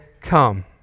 come